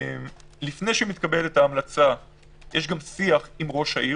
לפני שמתקבלת ההמלצה יש גם שיח עם ראש העיר,